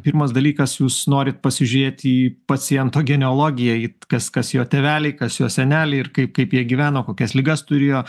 pirmas dalykas jūs norit pasižiūrėti į paciento genealogiją į kas kas jo tėveliai kas jo seneliai ir kai kaip jie gyveno kokias ligas turėjo